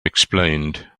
explained